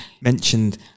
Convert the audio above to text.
mentioned